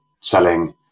selling